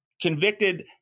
Convicted